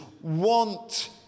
want